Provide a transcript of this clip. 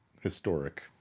historic